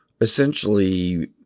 essentially